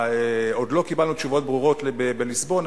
עוד לא קיבלנו תשובות ברורות בליסבון,